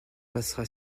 passera